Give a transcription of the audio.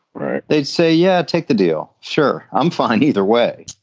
right. they'd say, yeah, take the deal. sure. i'm fine. either way,